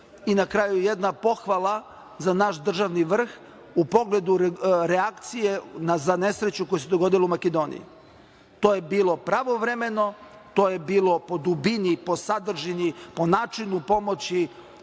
kraju jedna pohvala za naš državni vrh u pogledu reakcije za nesreću koja se dogodila u Makedoniji. To je bilo pravovremeno. To je bilo po dubini, po sadržini, po načinu pomoći